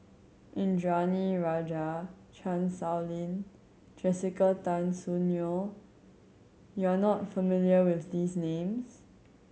Indranee Rajah Chan Sow Lin Jessica Tan Soon Neo you are not familiar with these names